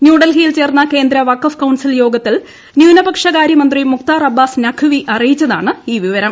ന്യൂഡൽഹിയിൽ ചേർന്ന കേന്ദ്ര വഖഫ് കൌൺസിൽ യോഗത്തിൽ ന്യൂനപക്ഷ കാര്യമന്ത്രി മുഖ്താർ അബ്ബാസ് നഖ്വി അറിയിച്ചതാണ് ഈ വിവരം